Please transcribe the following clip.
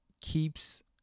keeps